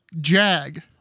Jag